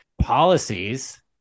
policies